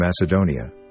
Macedonia